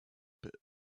pit